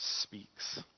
speaks